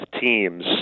teams